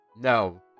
No